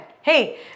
hey